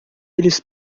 eles